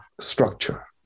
structure